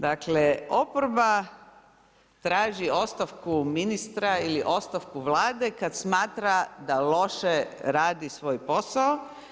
Dakle, oporba traži ostavku ministra ili ostavku Vlade kad smatra da loše radi svoj posao.